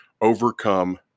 overcome